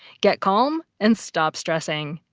get calm and stop stressing!